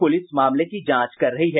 police मामले की जांच कर रही है